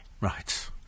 Right